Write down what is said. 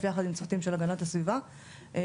יחד עם צוותים של הגנת הסביבה ובוחנים.